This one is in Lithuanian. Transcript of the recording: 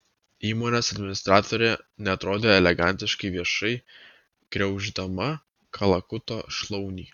įmonės administratorė neatrodė elegantiškai viešai griauždama kalakuto šlaunį